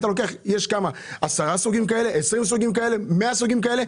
יש 10 סוגים כאלה, 20 סוגים כאלה, 100 סוגים כאלה?